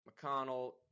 mcconnell